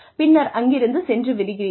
பின்னர் அங்கிருந்து சென்று விடுகிறீர்கள்